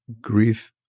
grief